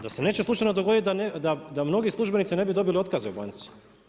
Da se neće slučajno dogoditi da mnogi službenici ne bi dobili otkaze u banci?